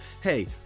hey